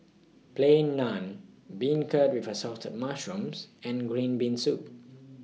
Plain Naan Beancurd with Assorted Mushrooms and Green Bean Soup